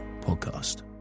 Podcast